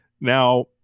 Now